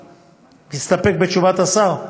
מסתפק בתשובת השר?